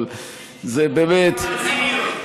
אבל זה באמת, הציניות.